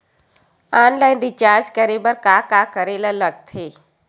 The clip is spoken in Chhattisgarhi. ऑनलाइन रिचार्ज करे बर का का करे ल लगथे?